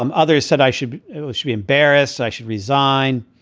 um others said, i should should be embarrassed, i should resign.